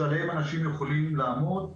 שעליהם אנשים יכולים לעמוד.